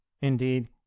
indeed